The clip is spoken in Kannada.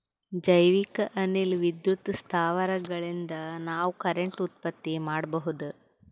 ಜೈವಿಕ್ ಅನಿಲ ವಿದ್ಯುತ್ ಸ್ಥಾವರಗಳಿನ್ದ ನಾವ್ ಕರೆಂಟ್ ಉತ್ಪತ್ತಿ ಮಾಡಬಹುದ್